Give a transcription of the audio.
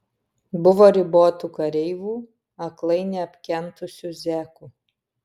buvo ribotų kareivų aklai neapkentusių zekų